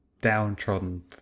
downtrodden